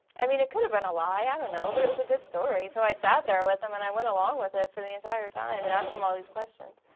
i mean it could'a been a lie, i don't know, but it was a good story so i sat there with him and i went along with it for the entire time and asked him all these questions.